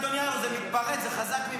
אתה יודע לפעמים, אדוני, זה מתפרץ, זה חזק ממני.